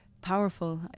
Powerful